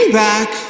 back